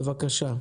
בבקשה.